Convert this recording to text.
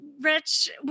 Rich